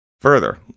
Further